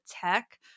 tech